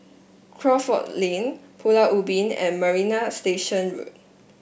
Crawford Lane Pulau Ubin and Marina Station Road